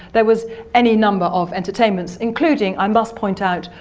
there was any number of entertainments including, i must point out,